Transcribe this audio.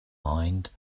mind